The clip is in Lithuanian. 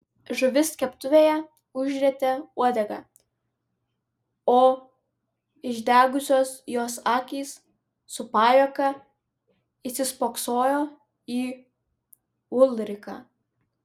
žuvis keptuvėje užrietė uodegą o išdegusios jos akys su pajuoka įsispoksojo į ulriką